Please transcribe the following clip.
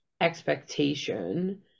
expectation